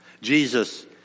Jesus